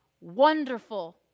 wonderful